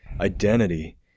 identity